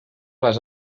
les